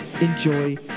enjoy